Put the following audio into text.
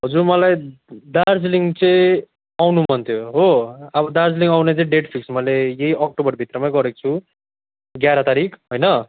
हजुर मलाई दार्जिलिङ चाहिँ आउनु मन थियो हो अब दार्जिलिङ आउने चाहिँ डेट फिक्स मैले यही अक्टुबरभित्रमै गरेको छु एघार तारिक होइन